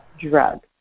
drug